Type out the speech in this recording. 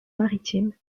maritimes